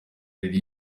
riri